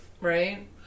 right